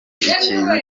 ikintu